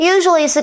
Usually